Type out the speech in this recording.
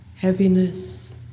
heaviness